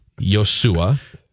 Yosua